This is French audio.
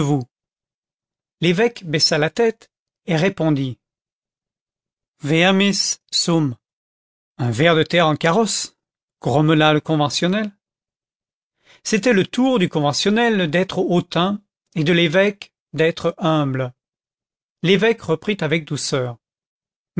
l'évêque baissa la tête et répondit vermis sum un ver de terre en carrosse grommela le conventionnel c'était le tour du conventionnel d'être hautain et de l'évêque d'être humble l'évêque reprit avec douceur